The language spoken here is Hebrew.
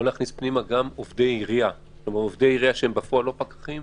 להכניס פנימה גם עובדי עירייה שהם בפועל לא פקחים,